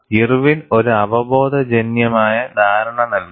Irwin ഒരു അവബോധജന്യമായ ധാരണ നൽകി